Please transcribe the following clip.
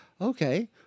Okay